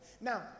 Now